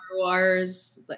Wars